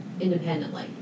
independently